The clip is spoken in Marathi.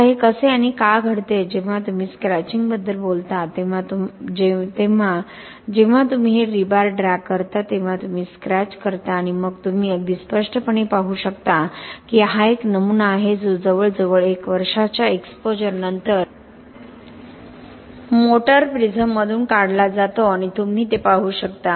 आता हे कसे आणि का घडते जेव्हा तुम्ही स्क्रॅचिंगबद्दल बोलता तेव्हा जेव्हा तुम्ही हे रीबार ड्रॅग करता तेव्हा तुम्ही स्क्रॅच करता आणि मग तुम्ही अगदी स्पष्टपणे पाहू शकता की हा एक नमुना आहे जो जवळजवळ 1 वर्षाच्या एक्सपोजरनंतर मोटर प्रिझममधून काढला जातो आणि तुम्ही ते पाहू शकता